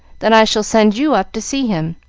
then i shall send you up to see him.